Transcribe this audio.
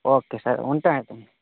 okay sir ఉంటా అయితే